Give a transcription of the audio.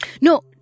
No